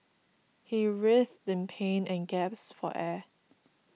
he writhed in pain and gasped for air